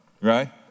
right